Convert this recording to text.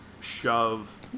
shove